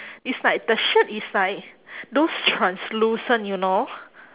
it's like the shirt is like those translucent you know